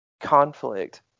conflict